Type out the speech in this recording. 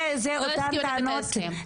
הוא פשוט לא הסכים לתת לי את ההסכם.